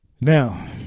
now